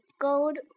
gold